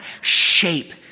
shape